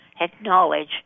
acknowledge